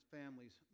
families